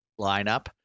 lineup